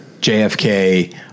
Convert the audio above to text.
JFK